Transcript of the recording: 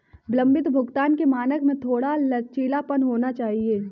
विलंबित भुगतान के मानक में थोड़ा लचीलापन होना चाहिए